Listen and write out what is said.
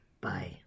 Bye